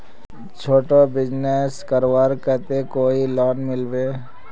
छोटो बिजनेस करवार केते कोई लोन मिलबे?